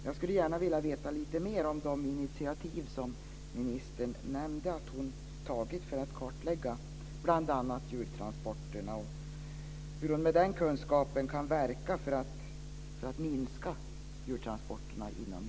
Jag skulle gärna vilja vet lite mer om de initiativ som ministern nämnde att hon tagit för att kartlägga bl.a. djurtransporterna och hur hon med den kunskapen kan verka för att minska djurtransporterna inom